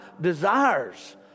desires